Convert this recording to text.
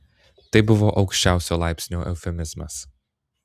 tai buvo aukščiausio laipsnio eufemizmas